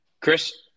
Chris